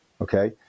Okay